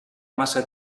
massa